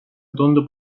tundub